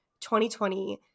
2020